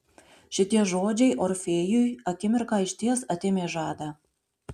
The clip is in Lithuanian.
šitie žodžiai orfėjui akimirką išties atėmė žadą